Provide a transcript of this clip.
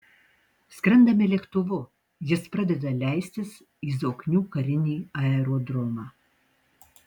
skrendame lėktuvu jis pradeda leistis į zoknių karinį aerodromą